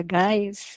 guys